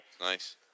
Nice